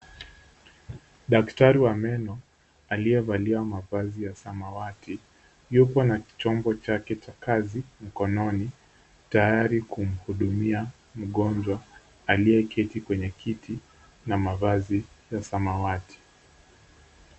Daktari wa meno aliyevalia mavazi ya samawati yupo na chombo chake cha kazi mkononi tayari kumhudumia mgonjwa aliyeketi kwenye kiti na mavazi ya samawati